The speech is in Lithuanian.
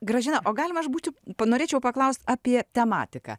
gražina o galima aš būčiau panorėčiau paklaust apie tematiką